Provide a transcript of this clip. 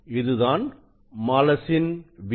இதுதான் மாலசின் விதி